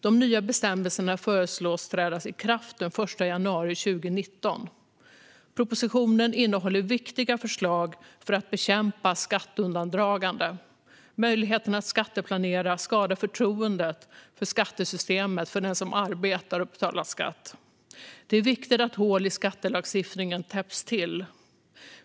De nya bestämmelserna föreslås träda i kraft den 1 januari 2019. Propositionen innehåller viktiga förslag för att bekämpa skatteundandragande. Möjligheten att skatteplanera skadar förtroendet för skattesystemet hos den som arbetar och betalar skatt. Det är viktigt att hål i skattelagstiftningen täpps till.